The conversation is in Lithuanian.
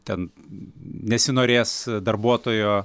ten nesinorės darbuotojo